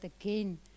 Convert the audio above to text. again